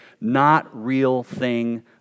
not-real-thing